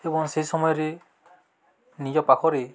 ଏବଂ ସେହି ସମୟରେ ନିଜ ପାଖରେ